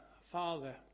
Father